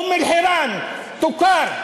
אום-אלחיראן תוכר.